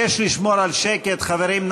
אבקש לשמור על שקט, חברים.